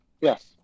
Yes